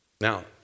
Now